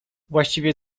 właściwie